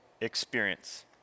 experience